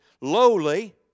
lowly